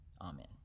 amen